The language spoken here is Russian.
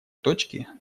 точки